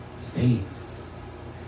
Face